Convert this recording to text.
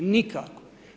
Nikako.